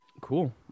cool